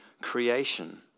creation